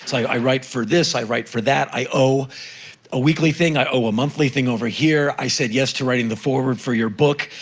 so i write for this, i write for that, i owe a weekly thing, i owe a monthly thing over here. i said yes to writing the forward for your book,